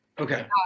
Okay